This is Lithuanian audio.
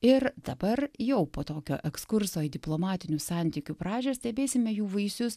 ir dabar jau po tokio ekskurso į diplomatinių santykių pradžią stebėsime jų vaisius